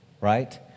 right